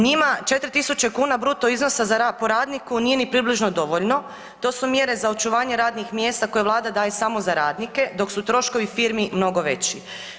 Njima 4.000 kuna bruto iznosa po radniku nije ni približno dovoljno, to su mjere za očuvanje radnih mjesta koje Vlada daje samo za radnike dok su troškovi firmi mnogo veći.